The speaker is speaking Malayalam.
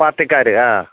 പാർട്ടിക്കാർ ആ